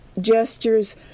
Gestures